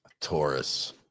Taurus